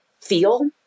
feel